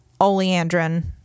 oleandrin